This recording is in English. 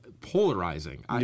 polarizing